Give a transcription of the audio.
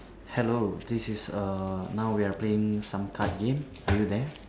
hello this is err now we are playing some card game are you there